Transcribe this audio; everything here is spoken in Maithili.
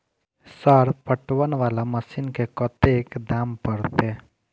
सर पटवन वाला मशीन के कतेक दाम परतें?